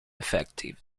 effective